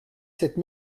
cette